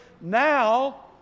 now